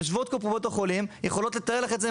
יושבות פה קופות החולים הן יכולות לתאר לך את זה,